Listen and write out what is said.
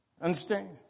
Understand